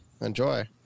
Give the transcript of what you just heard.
Enjoy